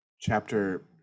chapter